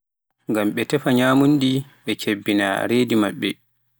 ngam ɓe teffa nyamunda ɓe kebbinaa redu maɓɓe.